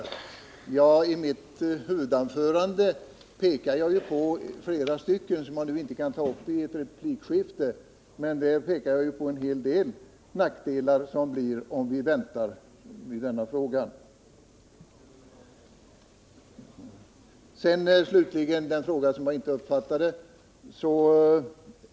I mitt Tisdagen den huvudanförande pekade jag på en hel del sådana nackdelar som jag inte kan - 18 december 1979 upprepa i detta replikskifte. Slutligen vill jag svara på den fråga som jag först inte uppfattade.